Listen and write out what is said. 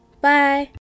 Bye